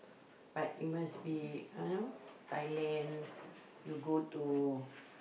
but you must be you know Thailand you go to